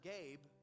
Gabe